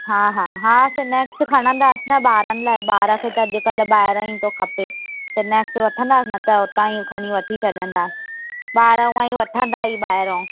हा हा हा सनेक्स खणंदा न ॿारनि लाइ ॿार खे त अॼुकल्ह ॿाहिरां ई थो खपे सनेक्स वठंदा न त उतां ई खणी वठी छॾंदा ॿार ऊअं ई वठंदा ई ॿाहिरों